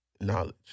knowledge